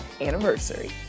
anniversary